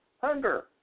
hunger